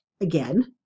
again